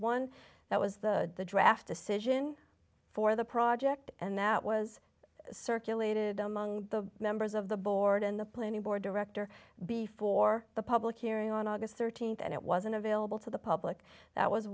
one that was the draft decision for the project and that was circulated among the members of the board and the planning board director before the public hearing on august thirteenth and it wasn't available to the public that was